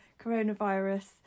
coronavirus